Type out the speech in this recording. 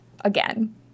again